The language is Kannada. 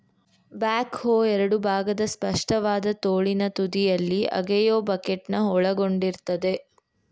ಬ್ಯಾಕ್ ಹೋ ಎರಡು ಭಾಗದ ಸ್ಪಷ್ಟವಾದ ತೋಳಿನ ತುದಿಯಲ್ಲಿ ಅಗೆಯೋ ಬಕೆಟ್ನ ಒಳಗೊಂಡಿರ್ತದೆ